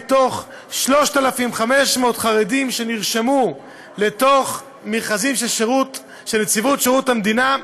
מ-3,500 חרדים שנרשמו למכרזים של נציבות שירות המדינה,